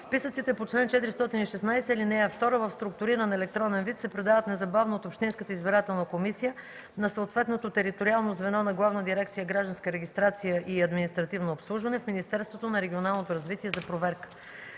Списъците по чл. 416, ал. 2 в структуриран електронен вид се предават незабавно от общинската избирателна комисия на съответното териториално звено на Главна дирекция „Гражданска регистрация и административно обслужване” в Министерството на регионалното развитие за проверка.